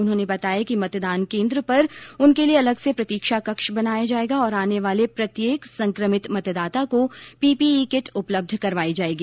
उन्होंने बताया कि मतदान केन्द्र पर उनके लिए अलग से प्रतीक्षा कक्ष बनाया जाएगा और आने वाले प्रत्येक संक्रमित मतदाता को पीपीई किट भी उपलब्ध करवाई जाएगी